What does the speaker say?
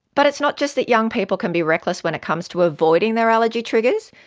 but it's not just that young people can be reckless when it comes to avoiding their allergy triggers,